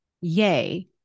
Yay